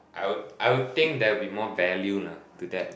I would I would think there'd be more value lah to that